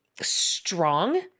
strong